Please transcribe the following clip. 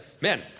man